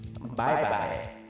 Bye-bye